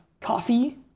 coffee